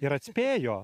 ir atspėjo